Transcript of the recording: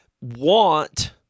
want